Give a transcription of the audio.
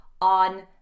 on